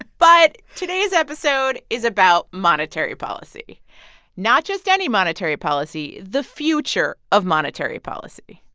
but today's episode is about monetary policy not just any monetary policy, the future of monetary policy.